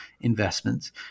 investments